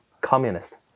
communist